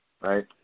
right